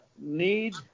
need